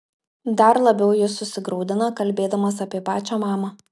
dar labiau jis susigraudina kalbėdamas apie pačą mamą